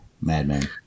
Madman